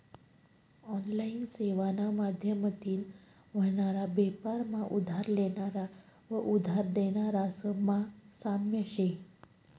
online सेवाना माध्यमतीन व्हनारा बेपार मा उधार लेनारा व उधार देनारास मा साम्य शे